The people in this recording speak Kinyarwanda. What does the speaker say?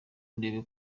ndebe